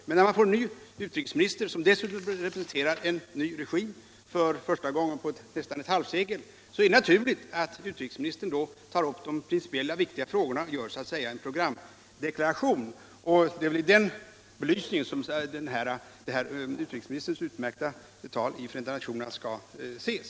Men när man nu får en ny utrikesminister, som dessutom representerar en ny regim för första gången på nästan ett halvsekel, så är det naturligt att utrikesministern tar upp de principiellt viktiga frågorna och så att säga gör en programdeklaration. Det är väl i den belysningen som utrikesministerns utmärkta tal i Förenta nationerna skall ses.